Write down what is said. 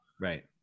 Right